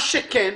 מה שכן,